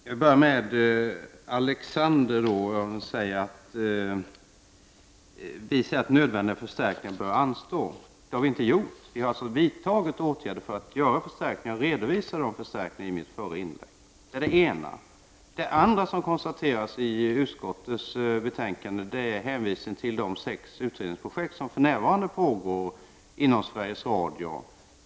Fru talman! Jag vänder mig först till Alexander Chrisopoulos. Han säger att vi påstår att nödvändiga förstärkningar bör anstå. Det har vi inte gjort. Vi har vidtagit åtgärder för att göra förstärkningar. Jag redovisade de förstärkningarna i mitt förra inlägg. Det är det ena. Det andra som konstateras i utskottsbetänkandet är hänvisningen till de sex utredningsprojekt som för närvarande pågår inom Sveriges Radio.